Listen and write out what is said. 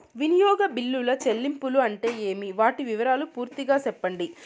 వినియోగ బిల్లుల చెల్లింపులు అంటే ఏమి? వాటి వివరాలు పూర్తిగా సెప్పండి?